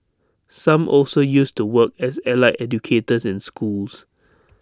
some also used to work as allied educators in schools